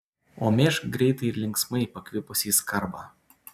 o mėžk greitai ir linksmai pakvipusį skarbą